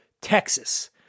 Texas